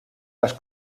las